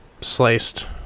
sliced